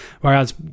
Whereas